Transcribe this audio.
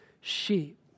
sheep